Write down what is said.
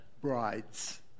brides